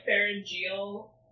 pharyngeal